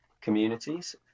communities